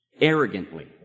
arrogantly